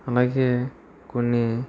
అలాగే కొన్ని